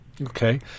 Okay